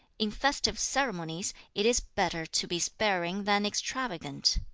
in festive ceremonies, it is better to be sparing than extravagant.